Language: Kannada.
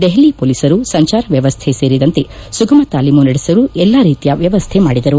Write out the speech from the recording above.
ದೆಪಲಿ ಪೊಲೀಸರು ಸಂಚಾರ ವ್ಯವಸ್ಥೆ ಸೇರಿದಂತೆ ಸುಗಮ ತಾಲೀಮು ನಡೆಸಲು ಎಲ್ಲಾ ರೀತಿಯ ವ್ಯವಸ್ಥೆ ಮಾಡಿದರು